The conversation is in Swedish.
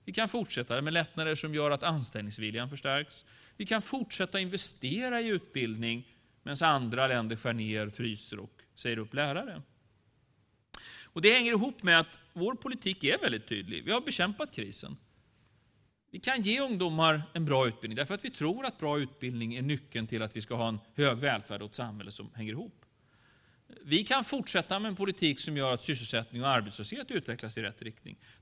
Vi kan fortsätta med lättnader som gör att anställningsviljan förstärks. Vi kan fortsätta investera i utbildning medan andra länder skär ned, fryser och säger upp lärare. Det hänger ihop med att vår politik är tydlig. Vi har bekämpat krisen. Vi kan ge ungdomar en bra utbildning. Vi tror att bra utbildning är nyckeln till att vi kan ha hög välfärd och ett samhälle som hänger ihop. Vi kan fortsätta med en politik som gör att sysselsättning och arbetslöshet utvecklas i rätt riktning.